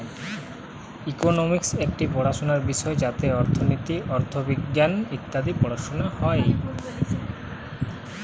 economics একটি পড়াশোনার বিষয় যাতে অর্থনীতি, অথবিজ্ঞান ইত্যাদি পড়ানো হয়